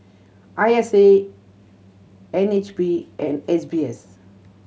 I S A N H B and S B S